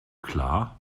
klar